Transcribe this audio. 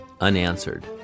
unanswered